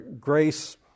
grace